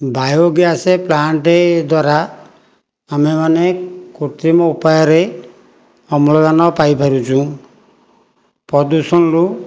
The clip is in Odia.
ବାୟୋ ଗ୍ୟାସ ପ୍ଲାଣ୍ଟ ଦ୍ୱାରା ଆମେମାନେ କୃତ୍ରିମ ଉପାୟରେ ଅମ୍ଳଜାନ ପାଇପାରୁଛୁଁ ପ୍ରଦୂଷଣରୁ